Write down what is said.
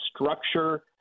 structure